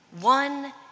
one